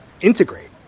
integrate